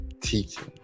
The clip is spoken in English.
teaching